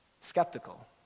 skeptical